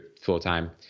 full-time